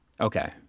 Okay